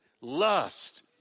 lust